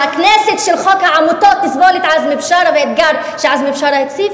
שהכנסת של חוק העמותות תסבול את עזמי ואת האתגר שעזמי בשארה הציב?